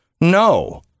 No